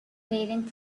waiting